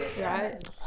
right